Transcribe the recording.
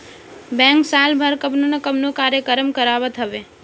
bank साल भर कवनो ना कवनो कार्यक्रम करावत हवे